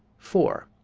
four.